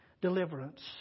deliverance